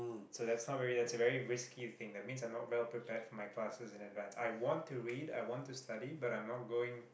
so that's not very that's a very risky thing that means I'm not well prepared for my classes in advance I want to read I want to study but I'm not going